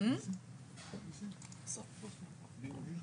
שלום לכולם.